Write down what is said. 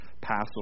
Passover